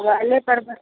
मोबाइले पर ब